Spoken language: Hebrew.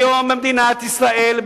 היום במדינת ישראל,